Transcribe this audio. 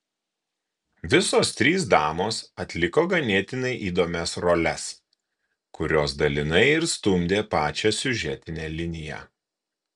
visos trys damos atliko ganėtinai įdomias roles kurios dalinai ir stumdė pačią siužetinę liniją